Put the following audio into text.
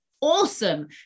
awesome